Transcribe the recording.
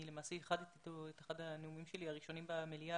למעשה ייחדתי לו את אחד הנאומים הראשונים שלי במליאה,